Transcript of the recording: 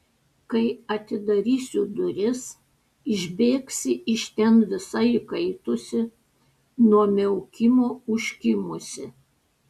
kai atidarysiu duris išbėgsi iš ten visa įkaitusi nuo miaukimo užkimusi